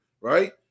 right